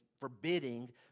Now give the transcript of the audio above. forbidding